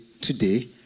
today